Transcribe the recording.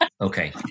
Okay